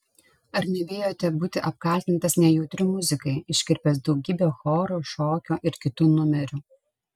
ar nebijote būti apkaltintas nejautriu muzikai iškirpęs daugybę choro šokio ir kitų numerių